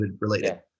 related